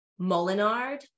Molinard